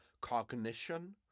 cognition